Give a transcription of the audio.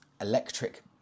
electric